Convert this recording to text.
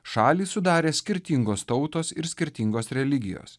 šalį sudarė skirtingos tautos ir skirtingos religijos